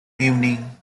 evening